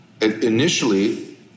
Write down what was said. initially